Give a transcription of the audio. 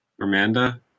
Amanda